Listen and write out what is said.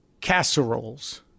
casseroles